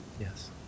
Yes